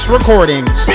Recordings